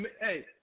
hey